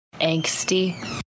Angsty